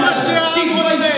זה מה שהעם רוצה.